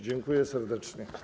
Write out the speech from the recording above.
Dziękuję serdecznie.